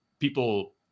People